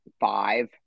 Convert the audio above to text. five